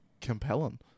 compelling